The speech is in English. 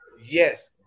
yes